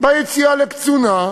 ביציאה לקצונה,